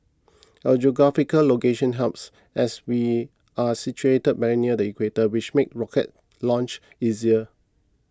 our geographical location helps as we are situated very near the equator which makes rocket launches easier